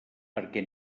perquè